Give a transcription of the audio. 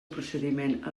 procediment